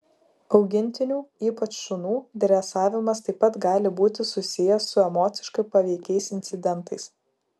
augintinių ypač šunų dresavimas taip pat gali būti susijęs su emociškai paveikiais incidentais